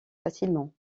facilement